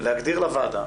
להגדיר לוועדה